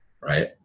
right